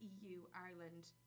EU-Ireland